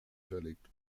verlegt